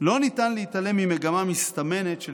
--- לא ניתן להתעלם ממגמה מסתמנת של